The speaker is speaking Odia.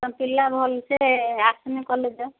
ପିଲା ଭଲସେ ଆସୁନି କଲେଜ